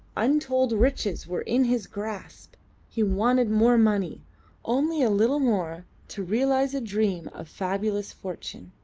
untold riches were in his grasp he wanted more money only a little more torealise a dream of fabulous fortune.